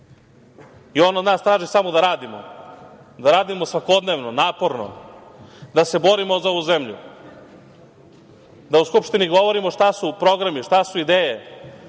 od nas traži samo da radimo, da radimo svakodnevno, naporno, da se borimo za ovu zemlju, da u Skupštini govorimo šta su programi, šta su ideje,